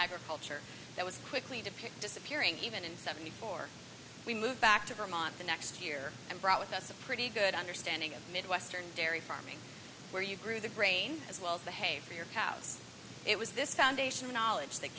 agriculture that was quickly to pick disappearing even in seventy four we moved back to vermont the next year and brought with us a pretty good understanding of midwestern dairy farming where you grew the grain as well behaved for your cows it was this foundation of knowledge that